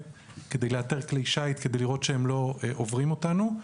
כדי לאתר כלי שיט ולראות שהם לא עוברים אותנו.